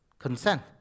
Consent